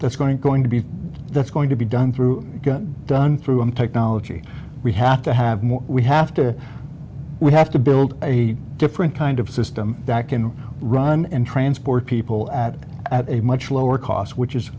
that's going going to be that's going to be done through done through in technology we have to have more we have to we have to build a different kind of system that can run and transport people at at a much lower cost